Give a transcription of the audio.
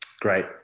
great